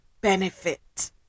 benefit